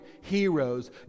heroes